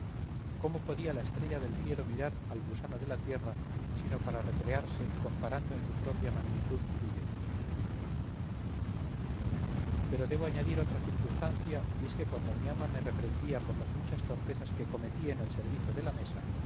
cómo podía la estrella del cielo mirar al gusano de la tierra sino para recrearse comparando en su propia magnitud y belleza pero debo añadir otra circunstancia y es que cuando mi ama me reprendía por las muchas torpezas que cometí en el servicio de la mesa